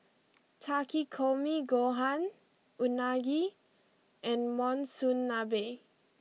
Takikomi Gohan Unagi and Monsunabe